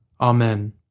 Amen